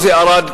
עוזי ארד,